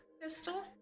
pistol